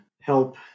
help